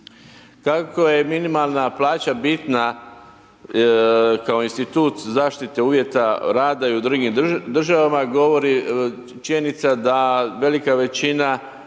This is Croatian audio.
50%.Kako je minimalna plaća bitna kao institut zaštite uvjeta rad i u drugim državama govori činjenica da velika većina